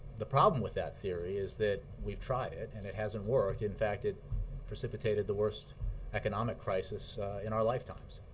the problem with that theory is that every tried it and it hasn't worked. in fact, it precipitated the worst economic crisis in our lifetimes.